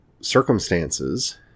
circumstances